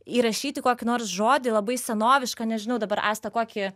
įrašyti kokį nors žodį labai senovišką nežinau dabar asta kokį